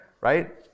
right